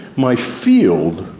my field,